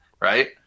right